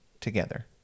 together